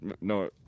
no